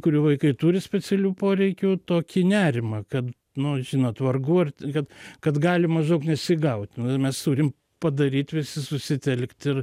kurių vaikai turi specialių poreikių tokį nerimą kad nu žinot vargu ar kad kad gali mažaug nesigaut nu mes turim padaryt visi susitelkt ir